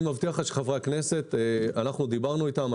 אני מבטיח לך שחברי הכנסת, אנחנו דיברנו איתם.